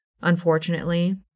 Unfortunately